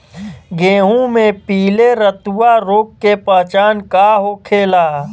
गेहूँ में पिले रतुआ रोग के पहचान का होखेला?